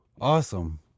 Awesome